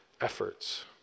efforts